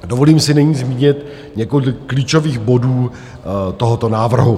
Dovolím si nyní zmínit několik klíčových bodů tohoto návrhu.